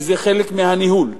כי זה חלק מהניהול.